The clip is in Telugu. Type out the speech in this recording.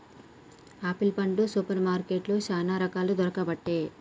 ఆపిల్ పండ్లు సూపర్ మార్కెట్లో చానా రకాలు దొరుకబట్టె